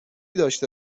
داشته